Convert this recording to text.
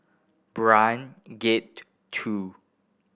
Brani Gate Two